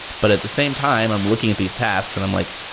but at the same time, i'm looking at these tasks and i'm like,